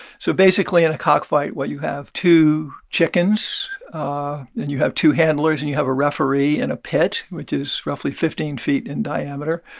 so basically, in and a cockfight, what you have two chickens and you have two handlers and you have a referee and a pit, which is roughly fifteen feet in diameter